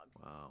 Wow